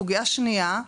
סוגיה שנייה,